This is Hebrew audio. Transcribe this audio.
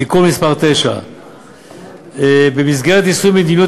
(תיקון מס' 9). במסגרת יישום מדיניות